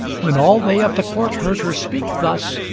when all they of the court heard her speak thus,